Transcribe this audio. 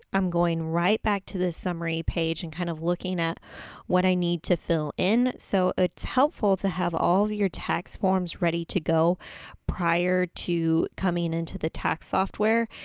i'm going right back to the summary page and kind of looking at what i need to fill in. so, it's helpful to have all of your tax forms ready to go prior to coming into the tax software.